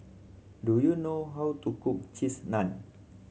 do you know how to cook Cheese Naan